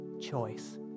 choice